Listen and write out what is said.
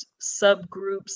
subgroups